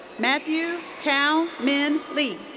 matthew cao minh le.